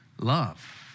love